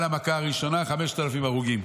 על המכה הראשונה, 5,000 הרוגים.